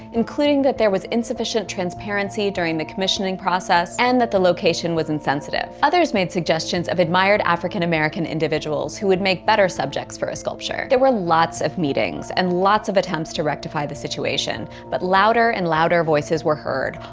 including that there was insufficient transparency during the commissioning process, and that the location was insensitive. others made suggestions of admired african-american individuals who would make better subjects for a sculpture. there were lots of meetings and lots of attempts to rectify the situation. but louder and louder voices were heard,